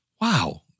wow